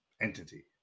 entity